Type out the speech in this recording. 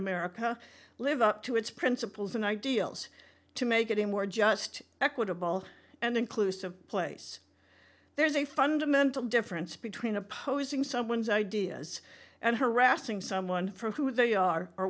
america live up to its principles and ideals to make it a more just equitable and inclusive place there's a fundamental difference between opposing someone's ideas and harassing someone for who they are or